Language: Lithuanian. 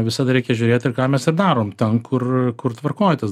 visada reikia žiūrėt ir ką mes ir darom ten kur kur tvarkoj tas